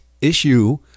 issue